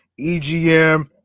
EGM